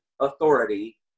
authority